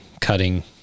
cutting